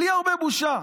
בלי הרבה בושה.